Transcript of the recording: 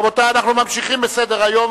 רבותי, אנחנו ממשיכים בסדר-היום.